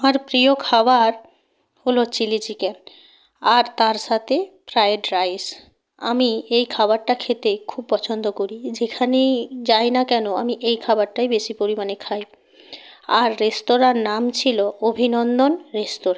আমার প্রিয় খাবার হলো চিলি চিকেন আর তার সাথে ফ্রায়েড রাইস আমি এই খাবারটা খেতে খুব পছন্দ করি যেখানে যাই না কেন আমি খাবারটাই বেশি পরিমাণে খাই আর রেস্তোরাঁর নাম ছিলো অভিনন্দন রেস্তোরাঁ